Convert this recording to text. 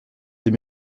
des